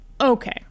Okay